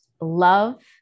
love